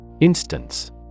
Instance